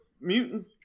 mutant